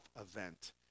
event